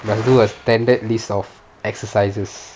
must do a standard list of exercises